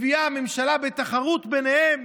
ומביאה זאת הממשלה, בתחרות ביניהם